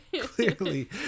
Clearly